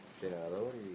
Generador